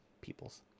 peoples